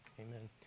Amen